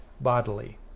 bodily